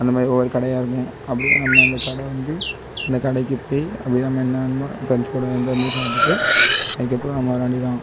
அந்த மாதிரி ஒவ்வொரு கடையாக இருக்கும் அப்படியே நம்ம இந்த கடை வந்து இந்த கடைக்கு போய் அப்படியே நம்ம வேண்ணுமோ ஃப்ரெண்ஸ் கூட என்ஜாய் பண்ணி சாப்பிட்டு அதுக்கப்பறம் நம்ம வர வேண்டியது தான்